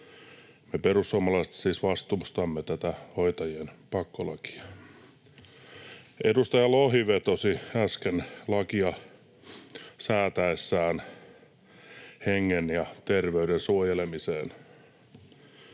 Me perussuomalaiset siis vastustamme tätä hoitajien pakkolakia. Edustaja Lohi vetosi äsken lakia säädettäessä hengen ja terveyden suojelemiseen.